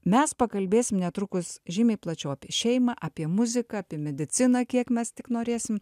mes pakalbėsim netrukus žymiai plačiau apie šeimą apie muziką apie mediciną kiek mes tik norėsim